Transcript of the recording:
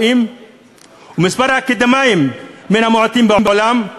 ומספר האקדמאים מן המועטים בעולם,